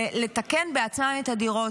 לתקן בעצמם את הדירות?